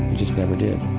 just never did